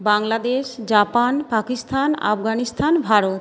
Bangladesh Japan Pakistan Afghanistan Bharat